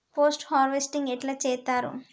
Post harvesting ఎట్ల చేత్తరు?